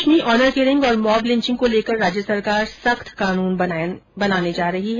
प्रदेश में honour killing और mob lynching को लेकर राज्य सरकार सख्त कानून बनाने जा रही है